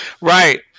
right